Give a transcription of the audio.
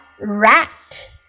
rat